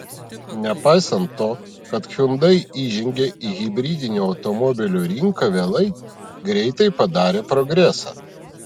nepaisant to kad hyundai įžengė į hibridinių automobilių rinką vėlai greitai padarė progresą